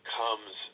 comes